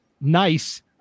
nice